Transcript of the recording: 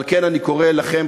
על כן אני קורא לכם,